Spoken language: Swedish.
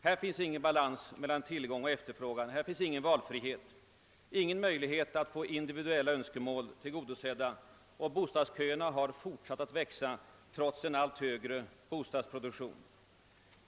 Här finns ingen balans mellan tillgång och efterfrågan, här finns ingen valfrihet, ingen möjlighet att få individuella önskemål tillgodosedda. Bostadsköerna har fortsatt att växa trots en allt högre bostadsproduktion.